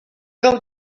del